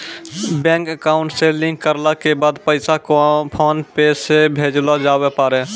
bank account से link करला के बाद पैसा फोनपे से भेजलो जावै पारै